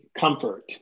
comfort